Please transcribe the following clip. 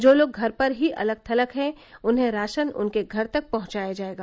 जो लोग घर पर ही अलग थलग हैं उन्हें राशन उनके घर तक पहुंचाया जायेगा